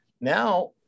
now